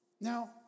Now